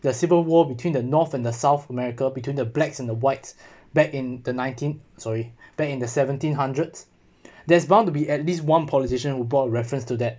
the civil war between the north and the south america between the blacks and the whites back in the nineteen sorry back in the seventeen hundreds there's bound to be at least one politician will brought reference to that